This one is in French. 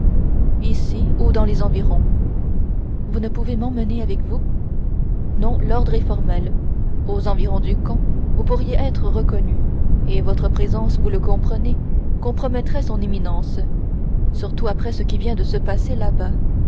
ici ou dans les environs vous ne pouvez m'emmener avec vous non l'ordre est formel aux environs du camp vous pourriez être reconnue et votre présence vous le comprenez compromettrait son éminence surtout après ce qui vient de se passer là-bas